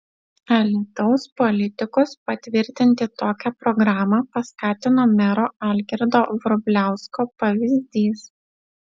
alytaus politikus patvirtinti tokią programą paskatino mero algirdo vrubliausko pavyzdys